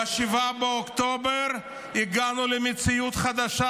ב-7 באוקטובר הגענו למציאות חדשה,